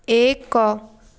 ଏକ